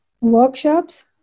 workshops